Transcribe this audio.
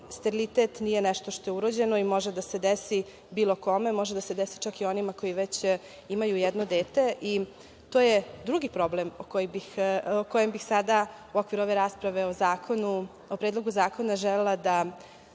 Sterilitet nije nešto što je urođeno i možda da se desi bilo kome, može da se desi čak i onima koji već imaju jedno dete i to je drugi problem o kojem bi sada u okviru ove rasprave o Predlogu zakona želela da